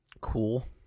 Cool